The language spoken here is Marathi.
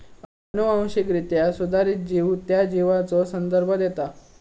अनुवांशिकरित्या सुधारित जीव त्या जीवाचो संदर्भ देता